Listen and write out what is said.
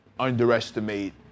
Underestimate